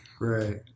Right